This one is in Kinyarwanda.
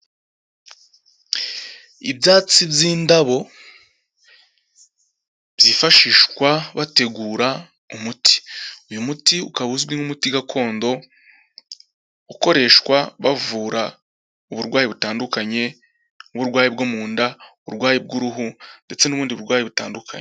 Ibyatsi by'indabo, byifashishwa bategura umuti. Uyu muti ukaba uzwi nk'umuti gakondo, ukoreshwa bavura uburwayi butandukanye, nk'uburwayi bwo mu nda, uburwayi bw'uruhu, ndetse n'ubundi burwayi butandukanye.